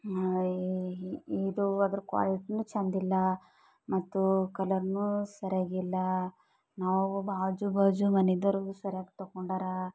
ಇದು ಅದರ ಕ್ವಾಲಿಟಿನು ಚೆಂದ ಇಲ್ಲ ಮತ್ತು ಕಲರ್ನು ಸರಿಯಾಗಿ ಇಲ್ಲ ನಾವು ಆಜು ಬಾಜು ಮನೆದೋರಿಗೂ ಸರಿಯಾಗಿ ತಗೊಂಡಾರ